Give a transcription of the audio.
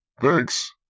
thanks